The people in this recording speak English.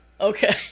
Okay